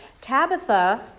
Tabitha